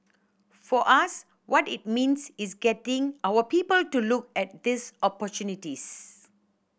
for us what it means is getting our people to look at these opportunities